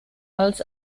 als